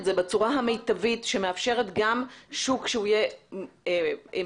זה בצורה המיטבית שמאפשרת גם שוק מגוון,